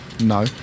No